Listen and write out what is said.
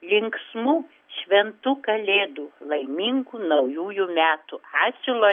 linksmų šventų kalėdų laimingų naujųjų metų ačiū